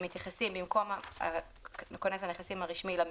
ובמקום לכונס הנכסים הרשמי אנחנו מתייחסים